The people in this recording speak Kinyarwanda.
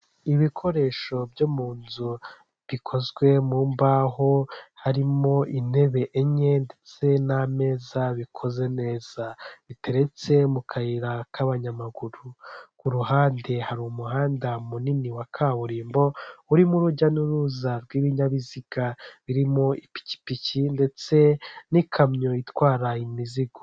Ibikoresho byo mu nzu bikozwe mu mbaho, harimo intebe enye ndetse n'ameza bikoze neza, biteretse mu kayira k'abanyamaguru, ku ruhande hari umuhanda munini wa kaburimbo, urimo urujya n'uruza rw'ibinyabiziga birimo ipikipiki ndetse n'ikamyo itwara imizigo.